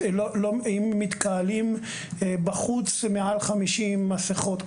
אם מתקהלים בחוץ מעל 50, מסכות.